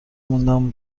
موندم